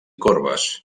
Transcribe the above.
corbes